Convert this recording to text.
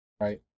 right